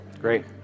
great